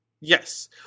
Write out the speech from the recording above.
Yes